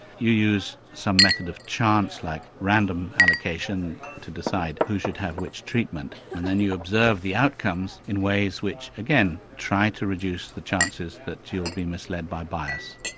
you use some method of chance like random allocation to decide who should have which treatment and then you observe the outcomes in ways which again try to reduce the chances that you'll be misled by bias.